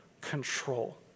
control